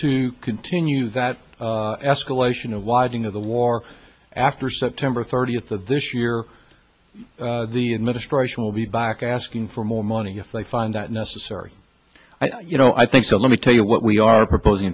to continue that escalation of watching of the war after september thirtieth of this year the administration will be back asking for more money if they find that necessary i you know i think so let me tell you what we are proposing